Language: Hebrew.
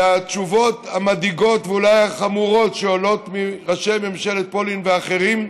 והתשובות המדאיגות ואולי החמורות שעולות מראש ממשלת פולין ומאחרים,